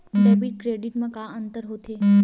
Debit credit मा का अंतर होत हे?